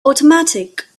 automatic